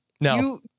No